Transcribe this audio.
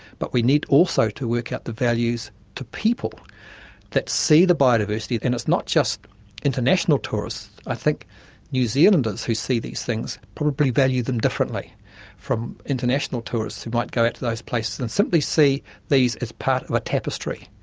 but we need also to work out the values to people that see the biodiversity, and it's not just international tourists, i think new zealanders who see these things probably value them differently from international tourists who might go out to those places and simply see these as part of a tapestry.